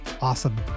awesome